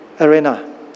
arena